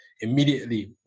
immediately